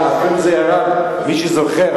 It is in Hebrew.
מי שזוכר,